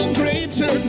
greater